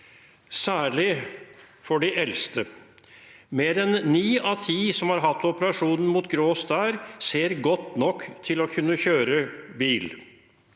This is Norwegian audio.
særlig for de eldste. Mer enn ni av ti som har hatt operasjon mot grå stær, ser godt nok til å kunne kjøre bil.